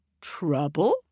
Trouble